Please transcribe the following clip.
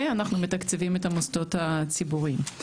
ואנחנו מתקצבים את המוסדות הציבוריים.